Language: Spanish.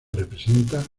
representa